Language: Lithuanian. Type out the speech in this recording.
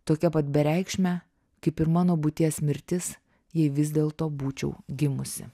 tokia pat bereikšmė kaip ir mano būties mirtis jei vis dėlto būčiau gimusi